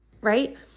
right